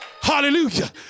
Hallelujah